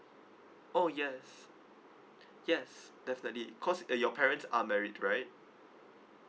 oh yes yes definitely it cause uh your parents are married right